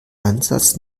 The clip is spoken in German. ansatz